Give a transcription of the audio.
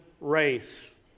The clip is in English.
race